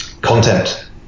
content